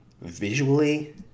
visually